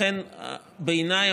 בעיניי,